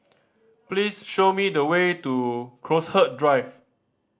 please show me the way to Crowhurst Drive